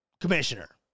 commissioner